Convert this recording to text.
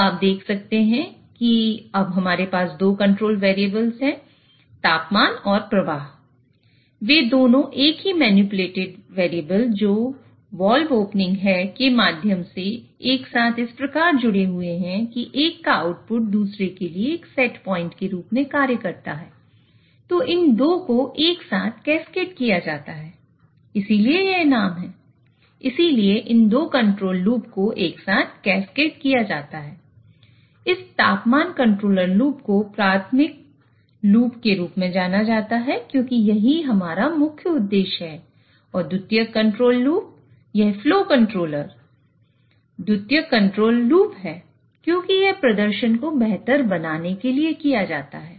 अब आप देख सकते हैं कि अब हमारे पास 2 कंट्रोल वैरियेबल्स है क्योंकि यह प्रदर्शन को बेहतर बनाने के लिए किया जाता है